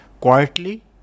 quietly